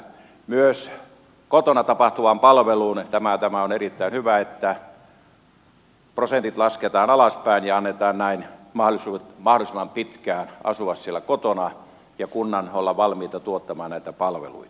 myös kotona tapahtuvan palvelun suhteen tämä on erittäin hyvä että prosentit lasketaan alaspäin ja annetaan näin mahdollisuudet mahdollisimman pitkään asua siellä kotona ja kuntien olla valmiita tuottamaan näitä palveluita